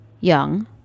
young